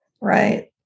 Right